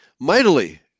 mightily